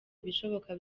ibishoboka